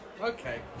Okay